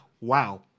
wow